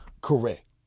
Correct